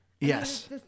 Yes